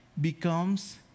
becomes